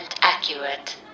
accurate